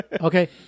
okay